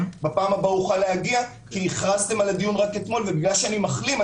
בפעם הבאה אוכל להגיע כי הכרזתם על הדיון רק אתמול ובגלל שאני מחלים,